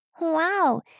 Wow